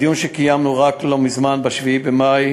בדיון שקיימנו רק לא מזמן, ב-7 במאי,